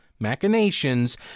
machinations